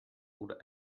oder